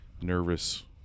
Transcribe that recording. nervous